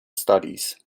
studies